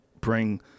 bring